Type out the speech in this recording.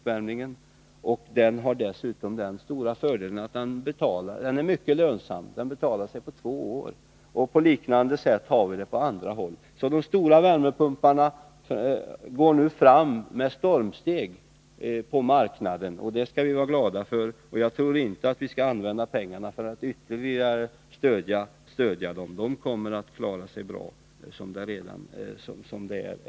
Värmepumpen har dessutom den stora fördelen att den är mycket lönsam — den betalar sig på två år. På liknande sätt är det på många andra håll. De stora värmepumparna går nu fram med stormsteg på marknaden. Det skall vi vara glada för, men jag tror inte att vi skall använda pengar för att ytterligare stödja denna utveckling. Värmepumparna kommer att klara sig även utan ekonomiskt stöd.